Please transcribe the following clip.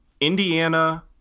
Indiana